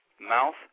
mouth